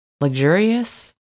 luxurious